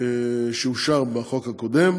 שאושר בחוק הקודם.